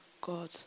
God